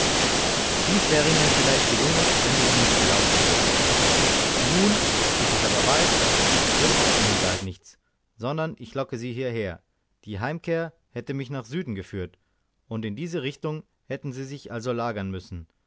dies wäre ihnen vielleicht gelungen wenn du sie nicht belauscht hättest nun ich es aber weiß wird aus dem hinterhalte nichts sondern ich locke sie hierher die heimkehr hätte mich nach süden geführt und in dieser richtung hätten sie sich also lagern müssen